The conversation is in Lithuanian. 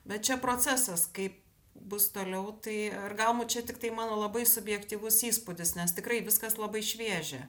bet čia procesas kaip bus toliau tai ir galbūt čia tiktai mano labai subjektyvus įspūdis nes tikrai viskas labai šviežia